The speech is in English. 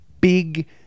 big